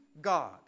God